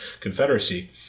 confederacy